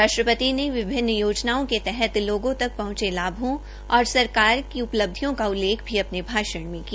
राष्ट्रपति ने विभिन्न योजनाओं के तहत लोगों तक पहंचे लाभों और सरकार की उपब्धियों का भी उल्लेख भी अपने भाषण में किया